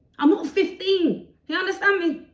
i'm not fifteen. you understand me?